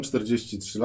43